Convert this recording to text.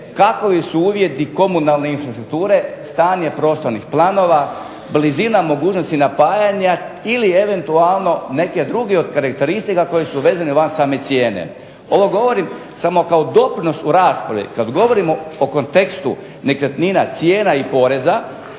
kakovi su uvjeti komunalne infrastrukture, stanje prostornih planova, blizina mogućnosti napajanja ili eventualno neke od drugih karakteristika koje su vezna van same cijene. Ovo govorim samo kao doprinos u raspravi, kada govorimo o kontekstu nekretnina cijena i poreza,